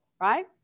right